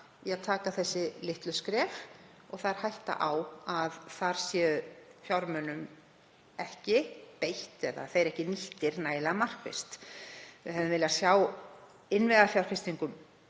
að taka þessi litlu skref og það er hætta á að þar sé fjármunum ekki beitt eða þeir ekki nýttir nægilega markvisst. Við hefðum viljað sjá innviðafjárfestingum